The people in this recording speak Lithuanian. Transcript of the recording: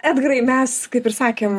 edgarai mes kaip ir sakėm